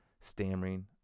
stammering